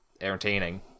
entertaining